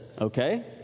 Okay